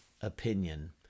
opinion